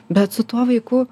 bet su tuo vaiku